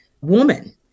woman